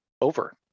over